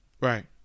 Right